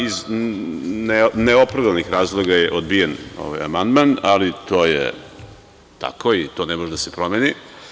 Iz neopravdanih razloga je odbijen ovaj amandman, ali to je tako i to ne može da se promeni.